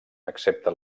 excepte